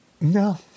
No